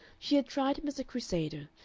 she had tried him as a crusader,